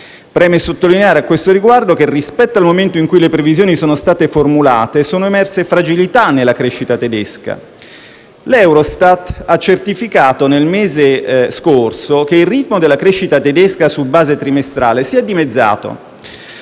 Preme sottolineare, a questo riguardo, che rispetto ai momento in cui le previsioni sono state formulate sono emerse fragilità nella crescita tedesca. L'Eurostat ha certificato nel mese scorso che il ritmo della crescita tedesca su base trimestrale si è dimezzato